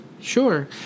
Sure